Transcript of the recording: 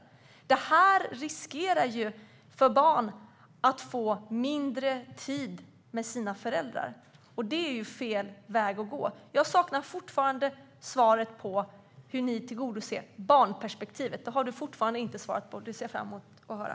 Med det här förslaget riskerar barn att få mindre tid med sina föräldrar, och det är fel väg att gå. Jag saknar fortfarande svaret på hur ni tillgodoser barnperspektivet, Wiwi-Anne Johansson. Det ser jag fram emot att höra.